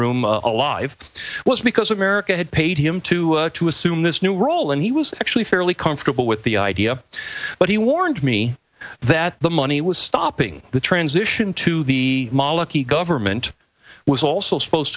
room alive was because america had paid him to to assume this new role and he was actually fairly comfortable with the idea but he warned me that the money was stopping the transition to the government was also supposed